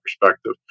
perspective